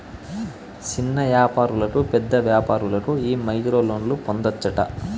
సిన్న యాపారులకు, పేద వ్యాపారులకు ఈ మైక్రోలోన్లు పొందచ్చట